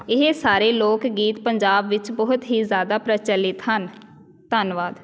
ਇਹ ਸਾਰੇ ਲੋਕ ਗੀਤ ਪੰਜਾਬ ਵਿੱਚ ਬਹੁਤ ਹੀ ਜ਼ਿਆਦਾ ਪ੍ਰਚਲਿਤ ਹਨ ਧੰਨਵਾਦ